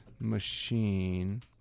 machine